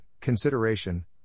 consideration